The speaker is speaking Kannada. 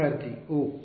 ವಿದ್ಯಾರ್ಥಿ ಓಹ್